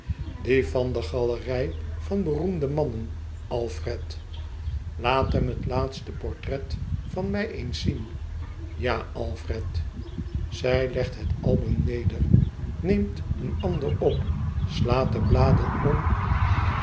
die van de galerij van beroemde mannen alfred laat hem het laatste portret van mij eens zien ja alfred zij legt het album neder neemt een ander op slaat de bladen om